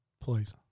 Please